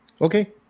okay